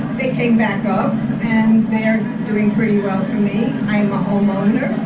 they came back up and they're doing pretty well for me i'm a homeowner